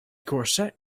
corset